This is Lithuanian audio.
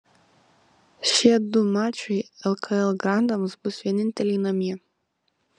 šie du mačai lkl grandams bus vieninteliai namie